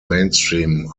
mainstream